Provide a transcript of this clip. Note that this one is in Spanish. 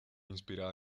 inspirada